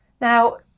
now